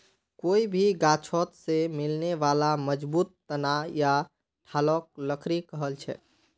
कोई भी गाछोत से मिलने बाला मजबूत तना या ठालक लकड़ी कहछेक